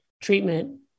treatment